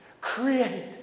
create